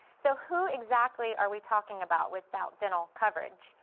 so, who exactly are we talking about without dental coverage?